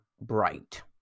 bright